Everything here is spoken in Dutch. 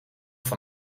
van